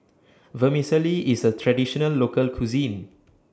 Vermicelli IS A Traditional Local Cuisine